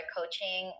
Coaching